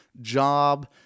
job